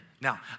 Now